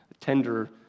tender